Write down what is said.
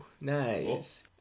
nice